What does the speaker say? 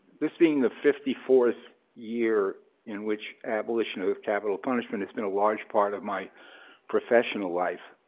this being the fifty fourth year in which abolition of capital punishment has been a large part of my professional life,